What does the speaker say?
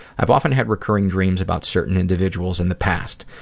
i've often had recurring dreams about certain individuals in the past.